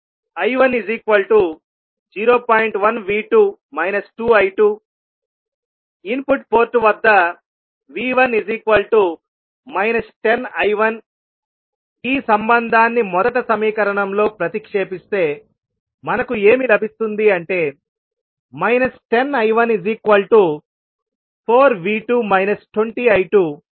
1V2 2I2 input port వద్ద V1 10I1 ఈ సంబంధాన్ని మొదటి సమీకరణంలో ప్రతిక్షేపిస్తే మనకు ఏమి లభిస్తుంది అంటే 10I14V2 20I2I1 0